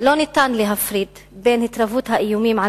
לא ניתן להפריד בין ריבוי האיומים על